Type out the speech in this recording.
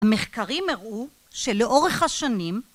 המחקרים הראו שלאורך השנים